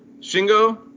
shingo